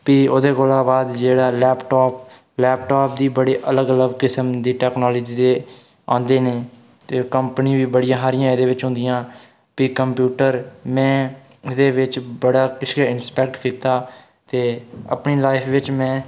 प्ही ओह्दे कोला बाद जेल्लै लेपटॉप लेपटॉप दे बी बड़े अलग अलग किस्म दी टेक्नेलॉजी दे औंदे न ते ओह् कंपनियां बी बड़ियां हारियां रिच होंदियां प्ही कंप्यूटर नै ओह्दे बिच बड़ा किश इंस्पैक्ट कीता ते अपनी लाईफ बिच में